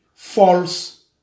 false